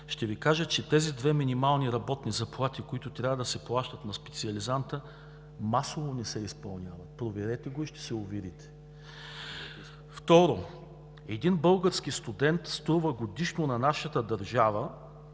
– Пловдив, че тези две минимални работни заплати, които трябва да се плащат на специализанта, масово не се изплащат. Проверете го и ще се уверите. Второ, един български студент струва годишно на нашата държава,